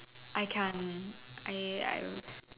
I can't I I